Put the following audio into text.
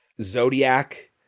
Zodiac